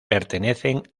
pertenecen